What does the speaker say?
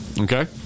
Okay